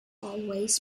always